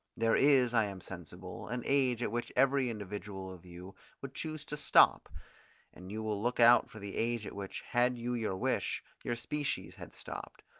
there is, i am sensible, an age at which every individual of you would choose to stop and you will look out for the age at which, had you your wish, your species had stopped.